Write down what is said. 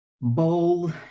Bold